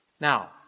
Now